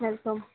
welcome